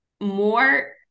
more